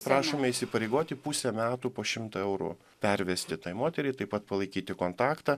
prašome įsipareigoti pusę metų po šimtą eurų pervesti tai moteriai taip pat palaikyti kontaktą